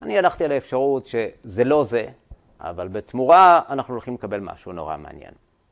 ‫אני הלכתי לאפשרות שזה לא זה, ‫אבל בתמורה אנחנו הולכים ‫לקבל משהו נורא מעניין.